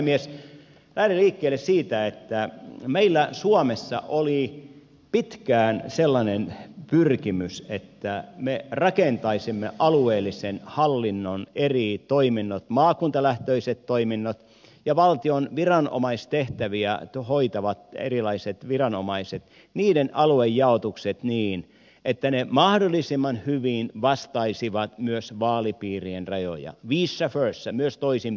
lähden liikkeelle siitä että meillä suomessa oli pitkään sellainen pyrkimys että me rakentaisimme alueellisen hallinnon eri toimintojen maakuntalähtöisten toimintojen ja erilaisten valtion viranomaistehtäviä hoitavien viranomaisten aluejaotukset niin että ne mahdollisimman hyvin vastaisivat myös vaalipiirien rajoja ja vice versa myös toisinpäin